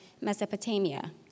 Mesopotamia